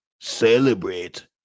Celebrate